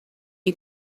you